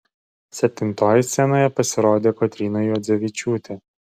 septintoji scenoje pasirodė kotryna juodzevičiūtė